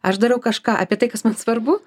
aš darau kažką apie tai kas man svarbu